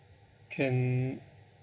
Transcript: can